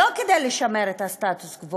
לא כדי לשמר את הסטטוס-קוו,